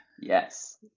Yes